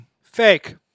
Fake